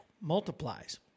multiplies